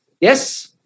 Yes